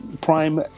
prime